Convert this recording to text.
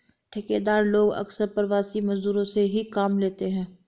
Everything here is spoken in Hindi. ठेकेदार लोग अक्सर प्रवासी मजदूरों से ही काम लेते हैं